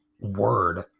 word